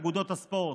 את אגודות הספורט.